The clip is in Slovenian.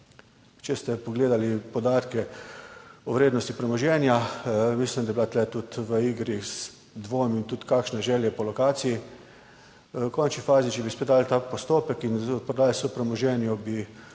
Če ste pogledali podatke o vrednosti premoženja, mislim, da je bilo tu tudi v igri, dvomim tudi kakšna želja po lokaciji. V končni fazi, če bi spet dali ta postopek in odprodajo so premoženju,